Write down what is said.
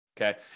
Okay